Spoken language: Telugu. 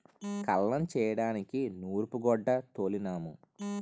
కల్లం చేయడానికి నూరూపుగొడ్డ తోలినాము